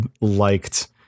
liked